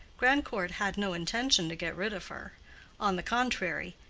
grandcourt had no intention to get rid of her on the contrary,